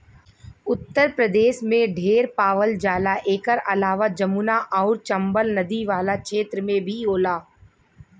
उत्तर प्रदेश में ढेर पावल जाला एकर अलावा जमुना आउर चम्बल नदी वाला क्षेत्र में भी होला